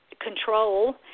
control